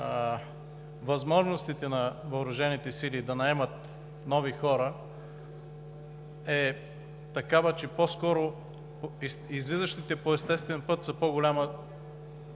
възможностите на Въоръжените сили да наемат нови хора е такава, че по-скоро излизащите по естествен път са по-голяма